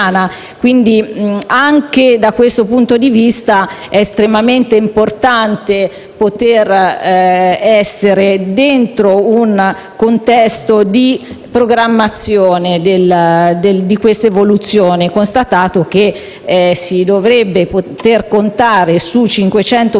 Quindi, anche da questo punto di vista, è estremamente importante far parte di un contesto di programmazione di questa evoluzione, constatato che si dovrebbe poter contare su 500 milioni